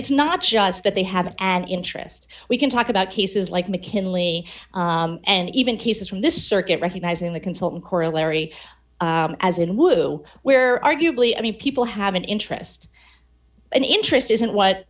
it's not just that they have an interest we can talk about cases like mckinley and even cases from this circuit recognizing the consultant corollary as in wu where arguably i mean people have an interest an interest isn't what